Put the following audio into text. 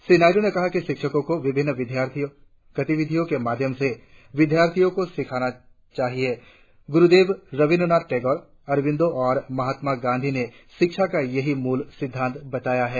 श्री नायड्र ने कहा कि शिक्षकों को विभिन्न गतिविधियों के माध्यम से विद्यार्थियों को सिखाना चाहिए गुरुदेव रवीन्द्रनाथ टैगौर अरविन्दो और महत्मा गांधी ने शिक्षा का यही मूल सिद्धांत बताया है